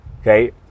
okay